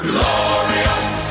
Glorious